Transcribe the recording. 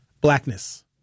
blackness